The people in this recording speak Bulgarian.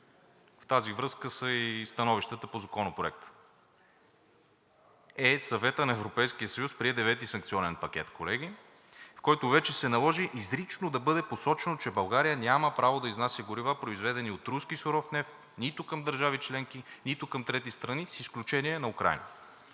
В тази връзка са и становищата по Законопроекта. Е, Съветът на Европейския съюз прие девети санкционен пакет, колеги, в който вече се наложи изрично да бъде посочено, че България няма право да изнася горива, произведени от руски суров нефт, нито към държави членки, нито към трети страни, с изключение на Украйна.